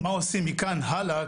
מה עושים מכאן הלאה,